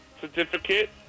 certificate